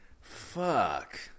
Fuck